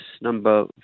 number